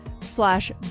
slash